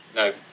No